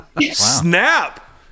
snap